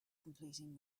completing